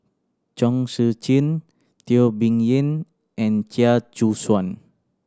Chong Tze Chien Teo Bee Yen and Chia Choo Suan